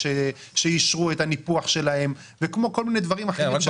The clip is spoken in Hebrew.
שאישרו את הניפוח שלהן וכמו כל מיני דברים אחרים.